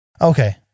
Okay